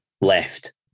left